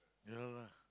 don't know lah